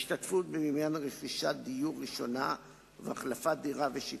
השתתפות במימון רכישת דיור ראשונה והחלפת דירה ושיפוצים,